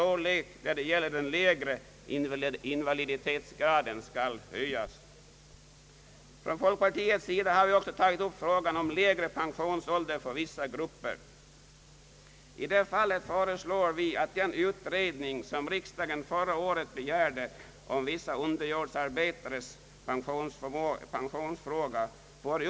Då är det inte så lätt att slutbehandla ärendena.